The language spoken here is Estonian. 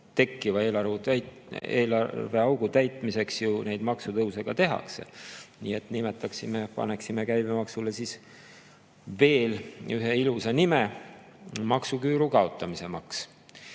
tekkiva eelarveaugu täitmiseks neid maksutõuse ju tehakse. Nii et paneme käibemaksule siis veel ühe ilusa nime: maksuküüru kaotamise maks.